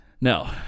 No